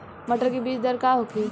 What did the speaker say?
मटर के बीज दर का होखे?